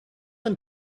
and